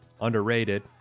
Underrated